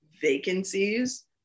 vacancies